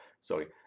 Sorry